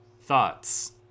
Thoughts